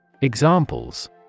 Examples